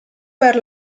per